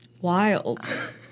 Wild